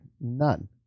None